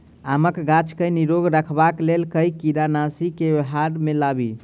आमक गाछ केँ निरोग रखबाक लेल केँ कीड़ानासी केँ व्यवहार मे लाबी?